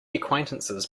acquaintances